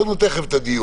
יש לנו תיכף את הדיון,